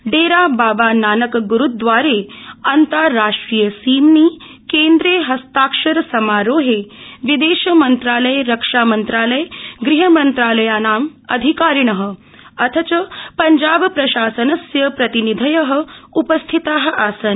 डेरा बाबा नानक ग्रूदवारे अन्ताराष्ट्रिय सीम्नि केन्द्रे हस्ताक्षर समारोहे विदेश मंत्रालय रक्षा मंत्रालय गृहमंत्रालयानाम् अधिकारिण अथ च जाब प्रशासनस्य प्रतिनिधय उ स्थिताः आसन्